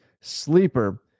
Sleeper